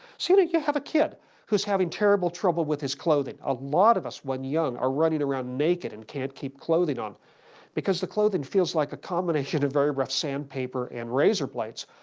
so you like you have kid who's having terrible trouble with his clothing. a lot of us when young are running around naked and can't keep clothing on because the clothing feels like a combination of very rough sand paper and razor blades.